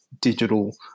digital